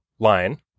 line